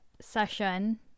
session